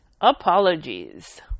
apologies